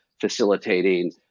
facilitating